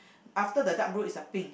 after the dark blue is the pink